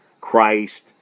Christ